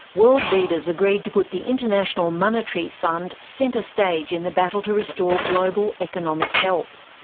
world leaders agreed to put the international monetary fund centre stage in the battle to restore global economic health.